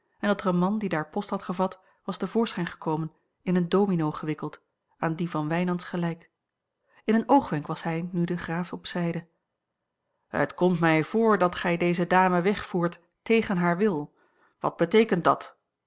en dat er een man die daar post had gevat was te voorschijn gekomen in een domino gewikkeld aan dien van wijnands gelijk in een oogwenk was hij nu den graaf op zijde het komt mij voor dat gij deze dame wegvoert tegen haar wil wat beteekent dat